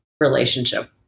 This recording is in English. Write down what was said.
relationship